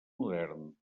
modern